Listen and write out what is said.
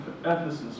Ephesus